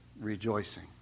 rejoicing